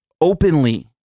openly